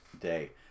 day